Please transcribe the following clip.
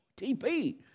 TP